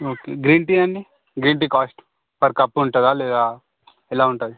okay green tea అండి green tea cost per cup ఉంటుందా లేదా ఎలా ఉంటుంది